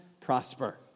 prosper